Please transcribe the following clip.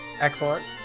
Excellent